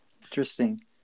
interesting